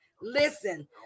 Listen